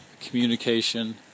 communication